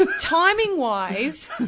timing-wise